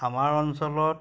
আমাৰ অঞ্চলত